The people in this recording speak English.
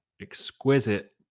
Exquisite